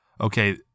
okay